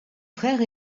frère